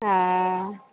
हँ